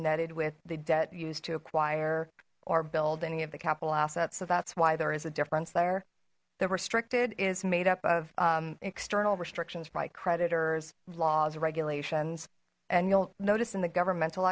netted with the debt used to acquire or build any of the capital assets so that's why there is a difference there the restricted is made up of external restrictions by creditors laws regulations and you'll notice in the governmental